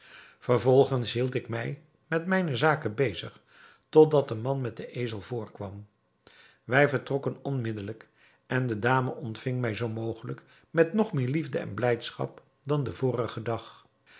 vervolgens hield ik mij met mijne zaken bezig tot dat de man met den ezel voorkwam wij vertrokken onmiddelijk en de dame ontving mij zoo mogelijk met nog meer liefde en blijdschap dan den vorigen dag